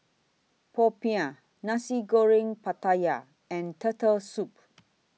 Popiah Nasi Goreng Pattaya and Turtle Soup